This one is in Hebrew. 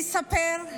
אני אספר.